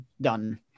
done